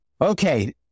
Okay